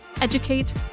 educate